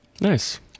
Nice